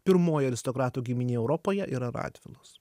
pirmoji aristokratų giminė europoje yra radvilos